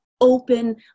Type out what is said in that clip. open